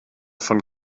von